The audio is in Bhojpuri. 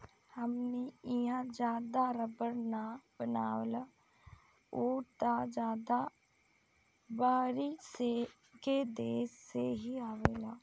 हमनी इहा ज्यादा रबड़ ना बनेला उ त ज्यादा बहरी के देश से ही आवेला